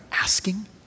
asking